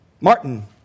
Martin